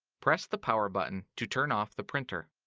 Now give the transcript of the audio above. press the power button to turn off the printer.